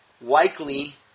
likely